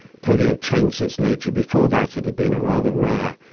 polio changed its nature. before that it had been a rather rare,